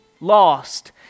lost